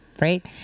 Right